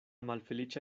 malfeliĉa